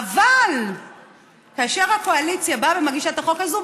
אבל כאשר הקואליציה באה ומגישה את החוק הזה,